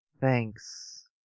Thanks